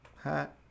hat